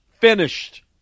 Finished